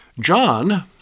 John